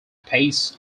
pace